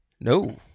No